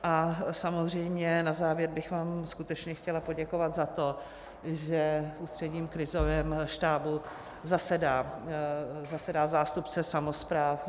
A samozřejmě na závěr bych vám skutečně chtěla poděkovat za to, že v Ústředním krizovém štábu zasedá zástupce samospráv.